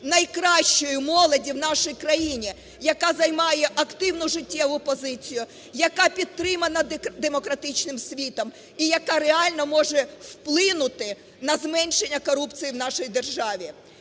найкращої молоді в нашій країні, яка займає активну життєву позицію, яка підтримана демократичним світом і яка реально може вплинути на зменшення корупції в нашій державі.